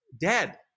dead